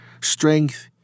Strength